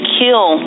kill